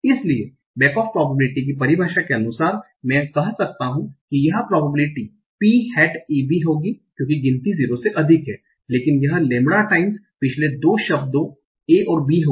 इसलिए back off probability की परिभाषा के अनुसार मैं कह सकता हूं कि यह probability P hat A B होगी क्योंकि गिनती 0 से अधिक है लेकिन यह लैम्बडा टाइम्स पिछले दो शब्दों ए बी होगा